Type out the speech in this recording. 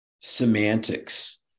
semantics